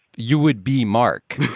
you would be mark.